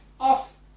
off